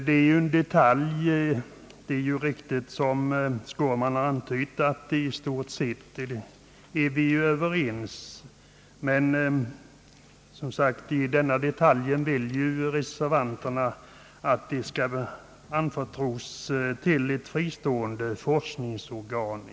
Det är riktigt, som herr Skårman har antytt, att vi i stort sett är överens, men i denna detalj vill reservanterna som sagt att forskningsfrågorna skall anförtros ett fristående forskningsorgan.